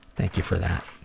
thank you for that.